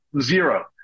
zero